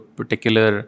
particular